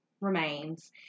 remains